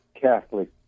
Catholic